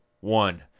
one